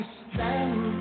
stand